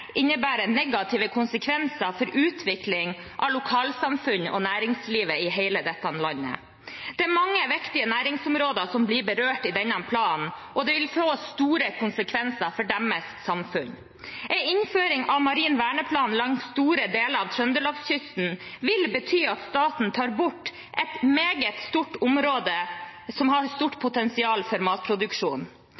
negative konsekvenser for utvikling av lokalsamfunn og næringslivet i hele dette landet. Det er mange viktige næringsområder som blir berørt i denne planen, og det vil få store konsekvenser for deres samfunn. En innføring av marin verneplan langs store deler av trøndelagskysten vil bety at staten tar bort et meget stort område som har stort